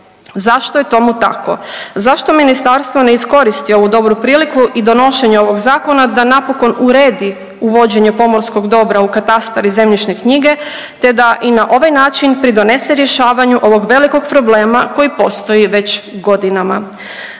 Zašto je tomu tako? Zašto ministarstvo ne iskoristi ovu dobru priliku i donošenje ovog zakona da napokon uredi uvođenje pomorskog dobra u katastar i zemljišne knjige, te da i na ovaj način pridonese rješavaju ovog velikog problema koji postoji već godinama.